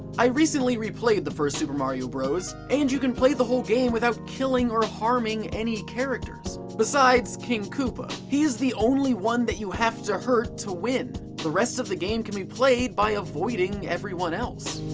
i recently replayed the first super mario bros. and you can play the whole game without killing or harming any characters, besides king koopa. he is the only one that you have to hurt to win. the rest of the game can be played by avoiding everyone else.